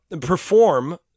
perform